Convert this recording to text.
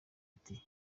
ati